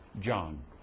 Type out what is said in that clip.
John